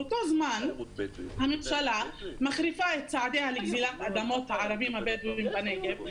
באותו זמן הממשלה מחריפה את צעדיה לגזילת אדמות הערבים הבדואים בנגב,